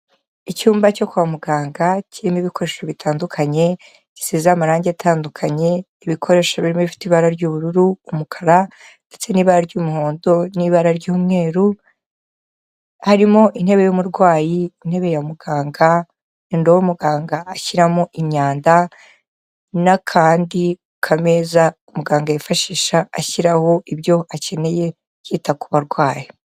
Icyumba cyo kwa muganga kirimo ibikoresho bitandukanye, gisize amarangi atandukanye, ibikoresho birimo bifite ibara ry'ubururu, umukara ndetse n'ibara ry'umuhondo n'ibara ry'umweru, harimo intebe y'umurwayi, intebe ya muganga, indobo muganga ashyiramo imyanda n'akandi kameza muganga yifashisha ashyiraho ibyo akeneye yita ku barwayi.